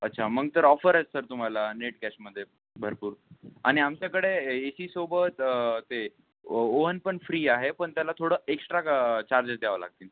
अच्छा मग तर ऑफर आहेत सर तुम्हाला नेट कॅशमध्ये भरपूर आणि आमच्याकडे ए ए सीसोब त ते ओव्हन पण फ्री आहे पण त्याला थोडं एक्श्ट्रा ग् चार्जेस द्यावं लागतिन